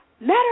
Matter